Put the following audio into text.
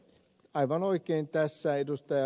aivan oikein tässä ed